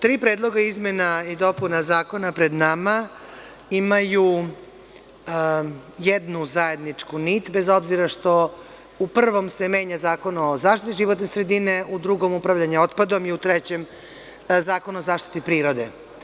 Tri predloga izmena i dopuna zakona pred nama imaju jednu zajedničku nit, bez obzira što u prvom se menja Zakon o zaštiti životne sredine, u drugom upravljanje otpadom i u trećem Zakon o zaštiti prirode.